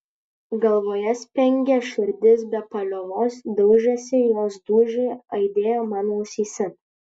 galvoje spengė širdis be paliovos daužėsi jos dūžiai aidėjo man ausyse